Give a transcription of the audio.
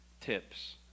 tips